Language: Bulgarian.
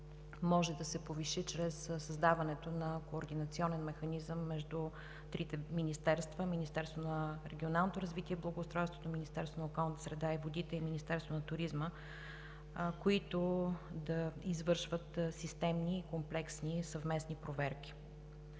може да се повиши чрез създаването на координационен механизъм между трите министерства – Министерството на регионалното развитие и благоустройството, Министерството на околната среда и водите и Министерството на туризма, които да извършват системни, комплексни, съвместни проверки.